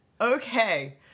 Okay